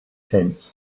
tents